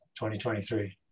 2023